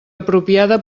apropiada